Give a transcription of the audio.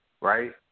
Right